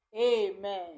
Amen